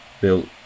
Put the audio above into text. built